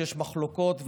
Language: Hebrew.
שיש מחלוקות,